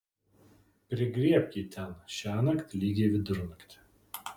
prigriebk jį ten šiąnakt lygiai vidurnaktį